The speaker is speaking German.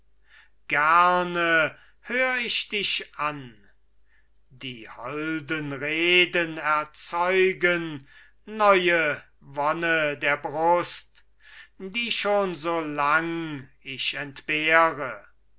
gerne hör ich dich an die holden reden erzeugen neue wonne der brust die schon so lang ich entbehre